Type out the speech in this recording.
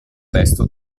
testo